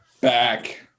back